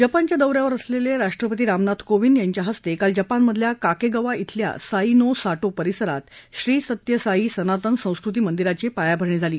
जपानच्या दौ यावर असलेले राष्ट्रपती रामनाथ कोविंद यांच्या हस्ते काल जपानमधल्या काकेगवा शिल्या साई नो साटो परिसरात श्री सत्य साई सनातन संस्कृती मंदिराची पायाभरणी झाली